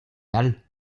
all